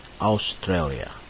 Australia